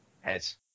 Heads